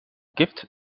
gift